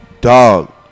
Dog